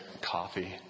coffee